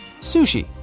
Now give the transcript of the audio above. Sushi